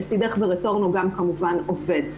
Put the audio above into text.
"לצידך" ו"רטורנו" גם כמובן עובד.